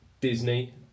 Disney